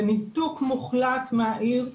בניתוק מוחלט מהעיר,